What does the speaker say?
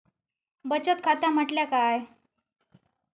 बचत खाता म्हटल्या काय?